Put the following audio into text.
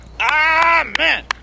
Amen